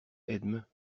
edme